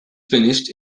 finished